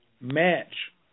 match